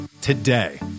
today